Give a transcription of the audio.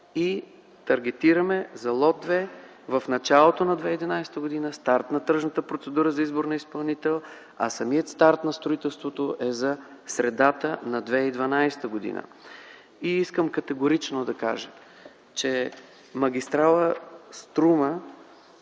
и таргетираме за лот 2 в началото на 2011 г. старт на тръжната процедура за избор на изпълнител. А самият старт на строителството е за средата на 2012 г. Искам категорично да кажа, че магистрала „Струма”